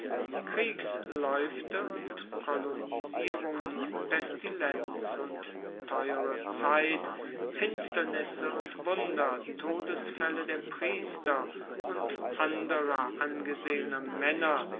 kriegslaeufte und kolonisierungen pestilenz und teuere zeit finsternisse und wunder todesfaelle der priester und anderer angesehener maenner